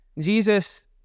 Jesus